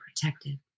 protected